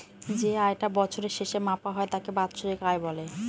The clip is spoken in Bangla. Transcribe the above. যে আয় টা বছরের শেষে মাপা হয় তাকে বাৎসরিক আয় বলে